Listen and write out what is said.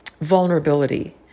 vulnerability